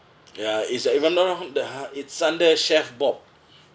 ya it's a if I'm not wrong the it's under chef bob